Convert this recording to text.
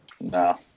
No